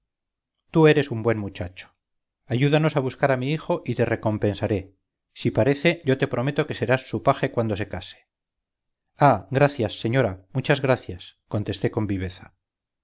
tú eres un buen muchacho ayúdanos a buscar a mi hijo y te recompensaré si parece yo te prometo que serás su paje cuando se case ah gracias señora muchas gracias contesté con viveza